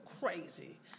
crazy